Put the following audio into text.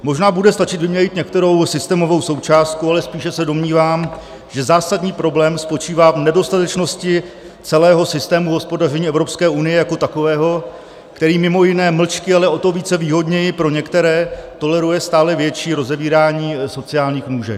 Možná bude stačit vyměnit některou systémovou součástku, ale spíše se domnívám, že zásadní problém spočívá v nedostatečnosti celého systému hospodaření Evropské unie jako takového, který mimo jiné mlčky, ale o to výhodněji pro některé toleruje stále větší rozevírání sociálních nůžek.